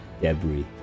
debris